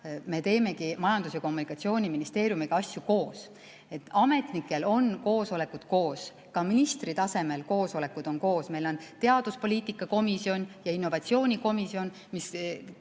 me teemegi Majandus‑ ja Kommunikatsiooniministeeriumiga asju koos. Ametnikel on koosolekud koos, ka ministri tasemel koosolekud on koos. Meil on teaduspoliitika komisjon ja innovatsioonikomisjon ja terve